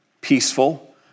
peaceful